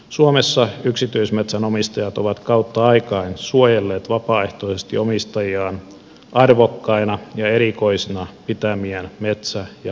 suomessa yksityismetsänomistajat ovat kautta aikain suojelleet vapaaehtoisesti omistamiaan arvokkaina ja erikoisina pitämiään metsä ja maa alueita